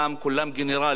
כולם גנרלים,